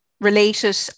related